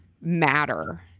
matter